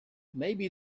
maybe